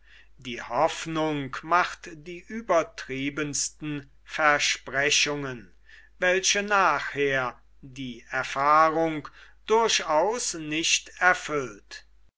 die hoffnung macht die übertriebensten versprechungen welche nachher die erfahrung durchaus nicht erfüllt